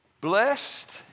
Blessed